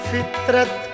Fitrat